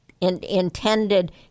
intended